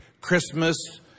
Christmas